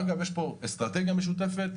יש פה אסטרטגיה משותפת,